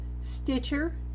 Stitcher